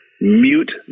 Mute